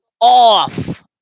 off